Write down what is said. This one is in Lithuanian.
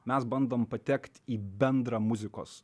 mes bandom patekt į bendrą muzikos